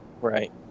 Right